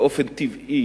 באופן טבעי